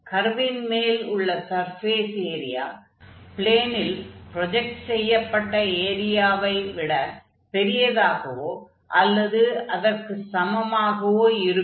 கர்வின் மேல் உள்ள surface area ப்ளேனில் ப்ரொஜக்ட் செய்யப்பட்ட ஏரியாவை விட பெரிதாகவோ அல்லது அதற்கு சமமாகவோ இருக்கும்